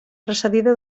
precedida